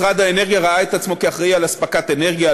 משרד האנרגיה ראה את עצמו כאחראי לאספקת אנרגיה,